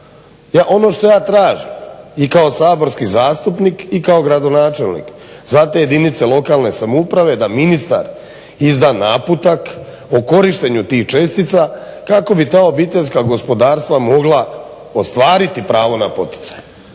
Ono što ja tražim, i kao saborski zastupnik i kao gradonačelnik za te jedinice lokalne samouprave da ministar izda naputak o korištenju tih čestica kako bi ta obiteljska gospodarstva mogla ostvariti pravo na poticaj.